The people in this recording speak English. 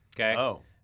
Okay